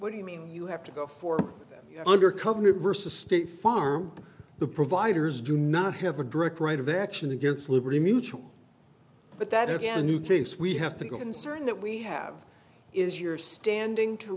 what do you mean you have to go for undercover versus state farm the providers do not have a direct right of action against liberty mutual but that if the new things we have to go concern that we have is your standing to